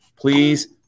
Please